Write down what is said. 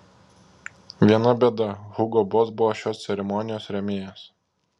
viena bėda hugo boss buvo šios ceremonijos rėmėjas